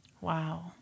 Wow